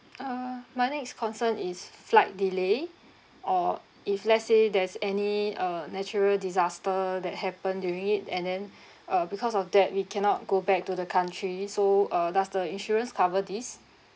uh my next concern is flight delay or if let's say there's any uh natural disaster that happen during it and then uh because of that we cannot go back to the country so uh does the insurance cover this